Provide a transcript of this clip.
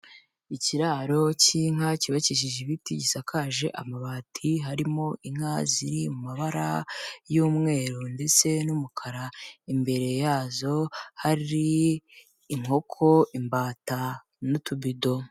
Ikiraro cy'inka cyubakijije ibiti, gisakaje amabati, harimo inka ziri mu mabara y'umweru ndetse n'umukara, imbere yazo hari inkoko, imbata n'utubido.